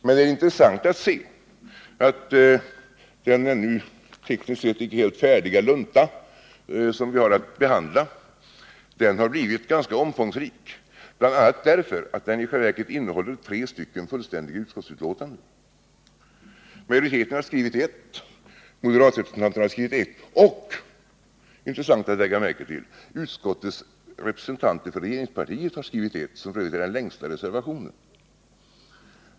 Men det är intressant att se att den tekniskt sett inte helt färdiga lunta som vi har att behandla har blivit ganska omfångsrik, bl.a. därför att den i själva verket innehåller tre fullständiga utskottsutlåtanden. Majoriteten har skrivit ett, moderatrepresentanterna har skrivit ett, och, vilket är intressant att lägga märke till, regeringspartiets representanter i utskottet har skrivit ett — det är f. ö. den längsta reservationen.